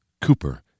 Cooper